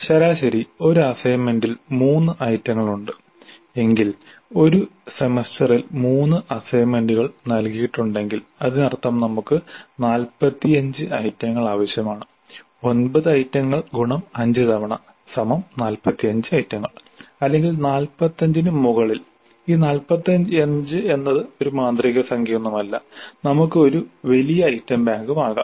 ശരാശരി ഒരു അസൈൻമെന്റിൽ മൂന്ന് ഐറ്റങ്ങൾ ഉണ്ട് എങ്കിൽ ഒരു സെമസ്റ്ററിൽ മൂന്ന് അസൈൻമെന്റുകൾ നൽകിയിട്ടുണ്ടെങ്കിൽ അതിനർത്ഥം നമുക്ക് 45 ഐറ്റങ്ങൾ ആവശ്യമാണ് 9 ഐറ്റങ്ങൾ x 5 തവണ 45 ഐറ്റങ്ങൾ അല്ലെങ്കിൽ 45 ന് മുകളിൽ ഈ 45 എന്നത് മാന്ത്രിക സംഖ്യയൊന്നുമില്ല നമുക്ക് ഒരു വലിയ ഐറ്റം ബാങ്കും ആകാം